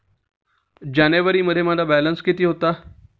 जानेवारीमध्ये माझा बॅलन्स किती होता?